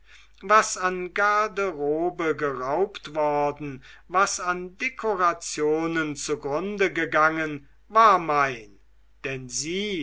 was an garderobe geraubt worden was an dekorationen zugrunde gegangen war mein denn sie